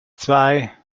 zwei